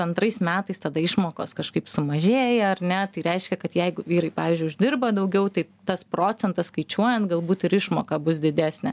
antrais metais tada išmokos kažkaip sumažėja ar ne tai reiškia kad jeigu vyrai pavyzdžiui uždirba daugiau tai tas procentas skaičiuojant galbūt ir išmoka bus didesnė